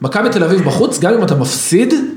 מכה בתל אביב בחוץ גם אם אתה מפסיד?